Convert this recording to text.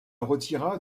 retira